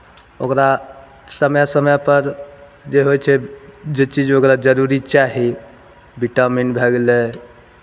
ओकरा समय समयपर जे होइ छै जे चीज ओकरा जरूरी चाही विटामिन भए गेलै